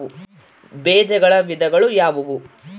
ಬೇಜಗಳ ವಿಧಗಳು ಯಾವುವು?